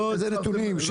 איזה נתונים?